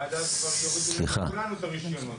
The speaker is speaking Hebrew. עד אז כבר יורידו לכולנו את הרשיונות.